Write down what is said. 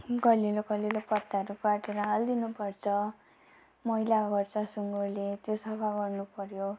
कलिलो कलिलो पत्ताहरू काटेर हालिदिनुपर्छ मैला गर्छ सुँगुरले त्यो सफा गर्नुपऱ्यो